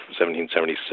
1776